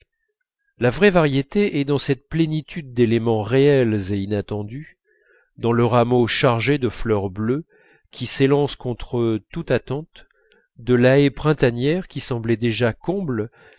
la vraie variété est dans cette plénitude d'éléments réels et inattendus dans le rameau chargé de fleurs bleues qui s'élance contre toute attente de la haie printanière qui semblait déjà comble